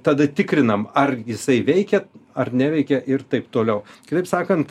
tada tikrinam ar jisai veikia ar neveikia ir taip toliau kitaip sakant